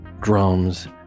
drums